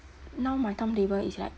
now my timetable is like